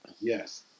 Yes